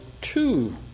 two